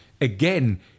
again